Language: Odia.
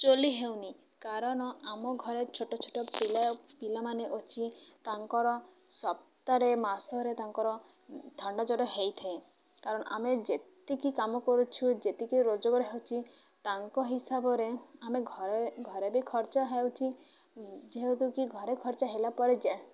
ଚଳିହେଉନି କାରଣ ଆମ ଘରେ ଛୋଟ ଛୋଟ ପିଲା ପିଲାମାନେ ଅଛି ତାଙ୍କର ସପ୍ତାହରେ ମାସରେ ତାଙ୍କର ଥଣ୍ଡା ଜ୍ୱର ହେଇଥାଏ କାରଣ ଆମେ ଯେତିକି କାମ କରୁଛୁ ଯେତିକି ରୋଜଗାର ହେଉଛି ତାଙ୍କ ହିସାବରେ ଆମେ ଘରେ ଘରେ ବି ଖର୍ଚ୍ଚ ହେଉଛି ଯେହେତୁ କିି ଘରେ ଖର୍ଚ୍ଚ ହେଲା ପରେ